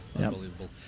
Unbelievable